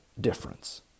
difference